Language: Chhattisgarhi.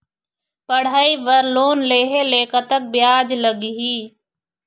पढ़ई बर लोन लेहे ले कतक ब्याज लगही?